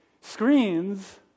Screens